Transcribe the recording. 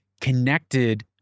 connected